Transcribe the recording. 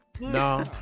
No